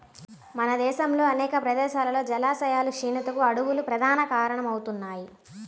మన దేశంలో అనేక ప్రదేశాల్లో జలాశయాల క్షీణతకు అడవులు ప్రధాన కారణమవుతున్నాయి